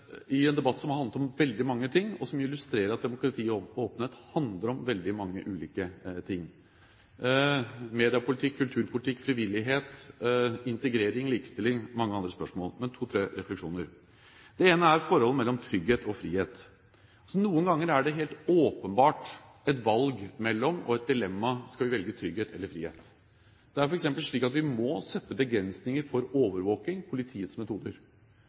i en debatt som har handlet om veldig mange ting, og som illustrerer at demokrati og åpenhet handler om veldig mange ulike ting – mediepolitikk, kulturpolitikk, frivillighet, integrering, likestilling og mange andre spørsmål. Det ene er forholdet mellom trygghet og frihet. Noen ganger er det helt åpenbart et valg mellom – og et dilemma – å velge trygghet eller frihet. Det er f.eks. slik at vi må sette begrensninger for overvåking/politiets metoder.